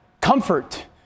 Comfort